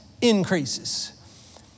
increases